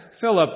Philip